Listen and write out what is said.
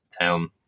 town